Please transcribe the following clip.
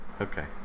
Okay